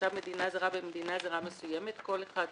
תושב מדינה זרה במדינה זרה מסוימת כל אחד מאלה: